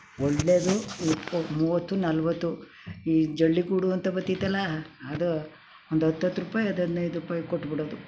ಒಳ್ಳೆಯದು ಇಪ್ಪ ಮೂವತ್ತು ನಲವತ್ತು ಈ ಜಳ್ಳಿಗೂಡು ಅಂತ ಬರ್ತಿತ್ತಲ್ಲ ಅದು ಒಂದು ಹತ್ತತ್ತು ರೂಪಾಯಿ ಅಸು ಹದ್ನೈದು ರೂಪಾಯಿ ಕೊಟ್ಬಿಡೋದು